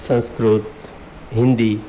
Sanskrit Hindi